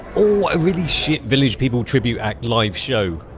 oh really shit village people tribute act live show